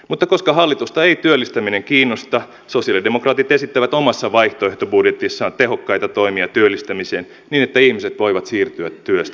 mutta koska hallitusta ei työllistäminen kiinnosta sosialidemokraatit esittävät omassa vaihtoehtobudjetissaan tehokkaita toimia työllistämiseen niin että ihmiset voivat siirtyä työstä työhön